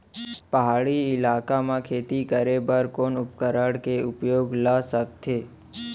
पहाड़ी इलाका म खेती करें बर कोन उपकरण के उपयोग ल सकथे?